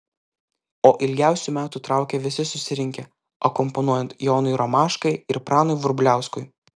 o ilgiausių metų traukė visi susirinkę akompanuojant jonui romaškai ir pranui vrubliauskui